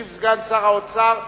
ישיב סגן שר האוצר,